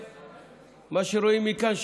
מה שרואים מכאן,